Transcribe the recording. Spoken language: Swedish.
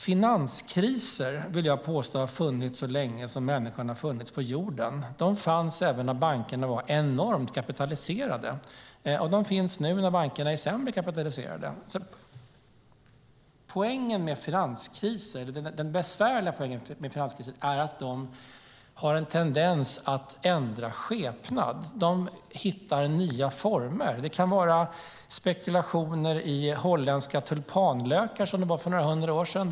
Finanskriser vill jag påstå har funnits så länge som människan har funnits på jorden. De fanns även när bankerna var enormt kapitaliserade, och de finns nu, när bankerna är sämre kapitaliserade. Den besvärliga poängen med finanskriser är att de har en tendens att ändra skepnad. De hittar nya former. Det kan vara spekulationer i holländska tulpanlökar, som det var för några hundra år sedan.